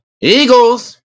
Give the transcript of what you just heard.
Eagles